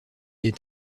est